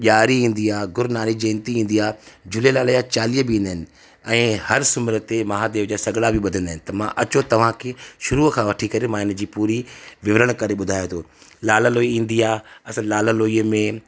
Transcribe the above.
ॾियारी ईंदी आहे गुरूनानक जयंति ईंदी आहे झूलेलाल जा चालीहा बि ईंदा आहिनि ऐं हर सूमर ते महादेव जा सॻड़ा बि ॿधंदा आहिनि त मां अचो तव्हां खे शुरूअ खां वठी करे मां हिन जी पूरी विवरणु करे ॿुधायांव थो लाल लोइ ईंदी आहे असां लाल लोई में